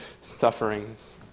sufferings